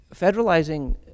federalizing